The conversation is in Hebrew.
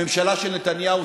הממשלה של נתניהו,